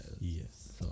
Yes